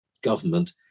government